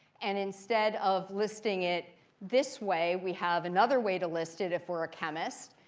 and instead of listing it this way, we have another way to list it if we're a chemist,